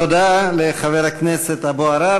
תודה לחבר הכנסת אבו עראר.